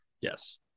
yes